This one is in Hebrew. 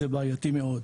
זה בעייתי מאוד.